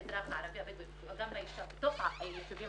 באזרח הערבי הבדואי וגם באישה בתוך היישובים